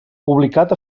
publicat